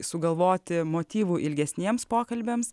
sugalvoti motyvų ilgesniems pokalbiams